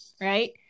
right